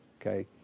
Okay